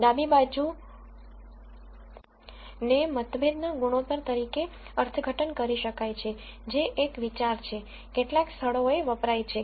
ડાબી બાજુને મતભેદ ના ગુણોત્તર તરીકે અર્થઘટન કરી શકાય છે જે એક વિચાર છે કેટલાક સ્થળોએ વપરાય છે